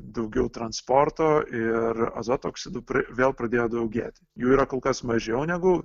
daugiau transporto ir azoto oksidų vėl pradėjo daugėti jų yra kol kas mažiau negu